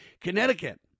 Connecticut